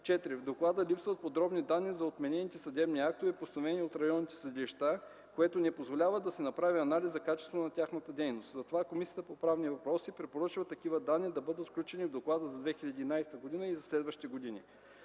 4. В Доклада липсват подробни данни за отменените съдебни актове, постановени от районните съдилища, което не позволява да се направи анализ на качеството на тяхната дейност. Затова Комисията по правни въпроси препоръчва такива данни да бъдат включени в Доклада за 2011 г. и за следващите години.